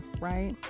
right